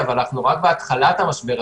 אבל אנחנו רק בהתחלת המשבר הכלכלי.